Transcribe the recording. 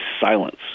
silence